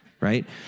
right